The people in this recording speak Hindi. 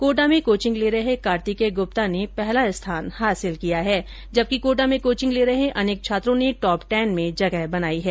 कोटा में कोचिंग ले रहे कार्तिकेय गुप्ता ने पहला स्थान हासिल किया है जबकि कोटा में कोचिंग ले रहे अनेक छात्रों ने टोप टेन में जगह बनाई है